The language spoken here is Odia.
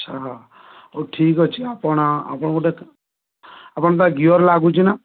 ଆଚ୍ଛା ହଉ ଠିକ୍ଅଛି ଆପଣ ଆପଣ ଗୋଟେ ଆପଣ ତା ଗିୟର୍ ଲାଗୁଛି ନା